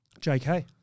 JK